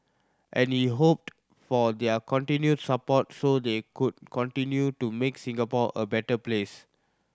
and he hoped for their continued support so they could continue to make Singapore a better place